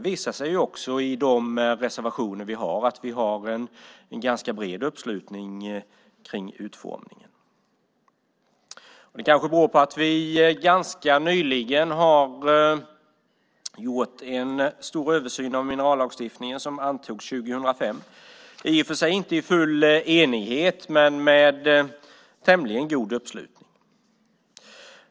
Reservationerna visar också att vi har en ganska bred uppslutning kring utformningen. Det kanske beror på att vi nyligen har gjort en stor översyn av minerallagstiftningen som antogs 2005, inte i full enighet men med tämligen god uppslutning.